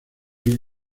que